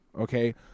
Okay